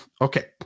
Okay